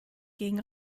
gegen